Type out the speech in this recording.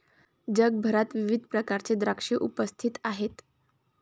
जगभरात विविध प्रकारचे द्राक्षे उपस्थित आहेत